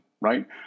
right